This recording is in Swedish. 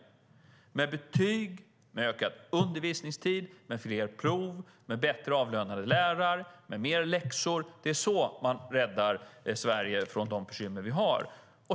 Det är med betyg, med ökad undervisningstid, med fler prov, med bättre avlönade lärare och med mer läxor som man räddar Sverige från de bekymmer vi har.